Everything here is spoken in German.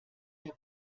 der